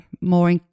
more